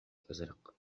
الأزرق